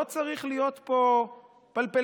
לא צריך להיות פה פלפלנים.